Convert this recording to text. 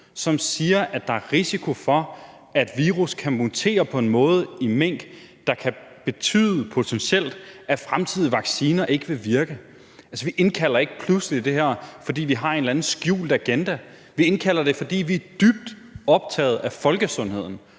som siger, at der er risiko for, at virus kan mutere på en måde i mink, der potentielt kan betyde, at fremtidige vacciner ikke vil virke. Vi indkalder ikke pludselig til det her, fordi vi har en eller anden skjult agenda. Vi indkalder til det, fordi vi er dybt optaget af folkesundheden,